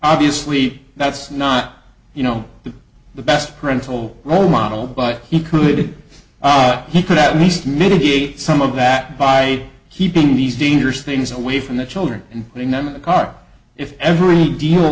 obviously that's not you know the best parental role model but he could he could at least mitigate some of that by keeping these dangerous things away from the children and putting them in the car if every deal